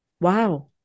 Wow